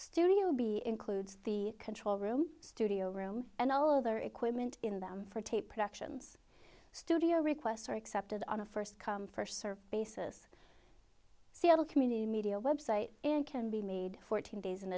studio studio b includes the control room studio room and all other equipment in them for tape productions studio requests are accepted on a first come first serve basis seattle community media website and can be made fourteen days in